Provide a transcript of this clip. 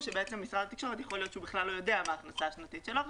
יכול להיות שמשרד התקשורת בכלל לא יודע מה ההכנסה השנתית שלו.